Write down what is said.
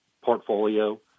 portfolio